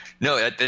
No